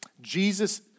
Jesus